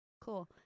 cool